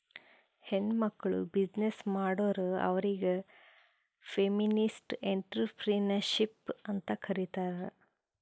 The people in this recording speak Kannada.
ಹೆಣ್ಮಕ್ಕುಳ್ ಬಿಸಿನ್ನೆಸ್ ಮಾಡುರ್ ಅವ್ರಿಗ ಫೆಮಿನಿಸ್ಟ್ ಎಂಟ್ರರ್ಪ್ರಿನರ್ಶಿಪ್ ಅಂತ್ ಕರೀತಾರ್